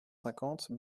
cinquante